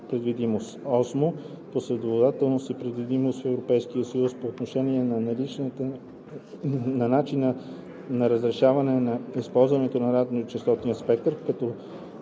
предвидимост; 8. последователност и предвидимост в Европейския съюз по отношение на начина на разрешаване на използването на радиочестотния спектър, като